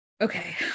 okay